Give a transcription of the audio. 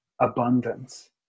abundance